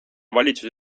valitsus